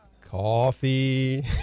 coffee